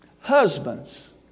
husbands